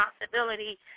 responsibility